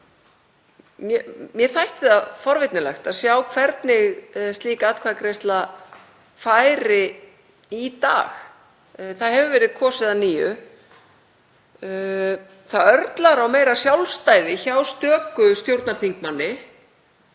Mér þætti forvitnilegt að sjá hvernig slík atkvæðagreiðsla færi í dag. Það hefur verið kosið að nýju. Það örlar á meira sjálfstæði hjá stöku stjórnarþingmanni,